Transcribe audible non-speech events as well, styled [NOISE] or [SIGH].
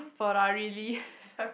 Ferrari Lee [LAUGHS]